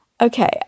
Okay